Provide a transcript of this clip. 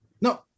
No